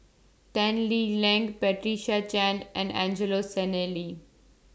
Tan Lee Leng Patricia Chan and Angelo Sanelli